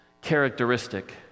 characteristic